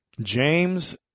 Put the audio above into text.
James